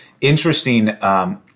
interesting